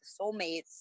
soulmates